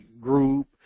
group